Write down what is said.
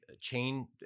chain